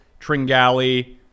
Tringali